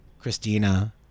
Christina